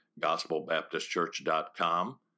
gospelbaptistchurch.com